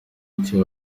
iki